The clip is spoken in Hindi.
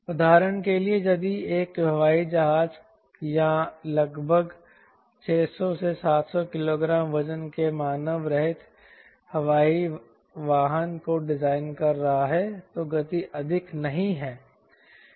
उदाहरण के लिए यदि वह एक हवाई जहाज या लगभग 600 700 किलोग्राम वजन के मानव रहित हवाई वाहन को डिजाइन कर रहा है तो गति अधिक नहीं है